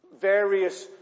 various